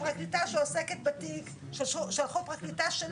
הטרלול הפרוגרסיבי שלך הוא זה שגורם לחיילות להמשיך להיכנס,